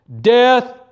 death